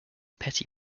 petty